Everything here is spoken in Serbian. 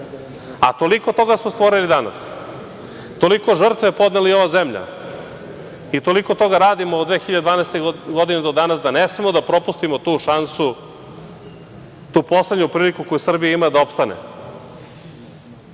toga smo stvorili danas. Toliko žrtve je podnela i ova zemlja i toliko toga radimo od 2012. godine do danas, da ne smemo da propustimo tu šansu, tu poslednju priliku koju Srbija ima da opstane.